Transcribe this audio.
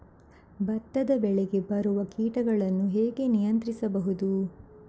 ಭತ್ತದ ಬೆಳೆಗೆ ಬರುವ ಕೀಟಗಳನ್ನು ಹೇಗೆ ನಿಯಂತ್ರಿಸಬಹುದು?